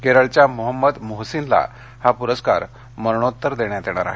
केरळच्या मृहम्मद मृहसिनला हा पूरस्कार मरणोत्तर देण्यात येणार आहे